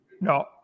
no